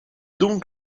donc